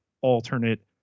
alternate